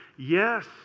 Yes